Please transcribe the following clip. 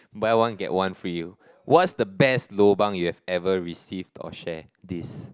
buy one get one free what's the best lobang you've ever received or share this